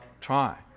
try